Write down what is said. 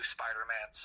Spider-Man